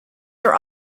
are